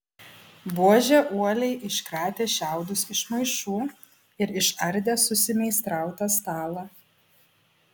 buožė uoliai iškratė šiaudus iš maišų ir išardė susimeistrautą stalą